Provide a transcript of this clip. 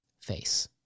face